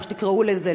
איך שתקראו לזה,